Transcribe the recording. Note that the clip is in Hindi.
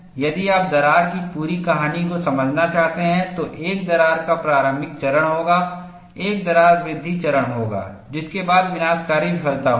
यदि आप दरार की पूरी कहानी को समझना चाहते हैं तो एक दरार का प्रारंभिक चरण होगा एक दरार वृद्धि चरण होगा जिसके बाद विनाशकारी विफलता होगी